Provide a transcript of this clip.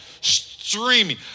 streaming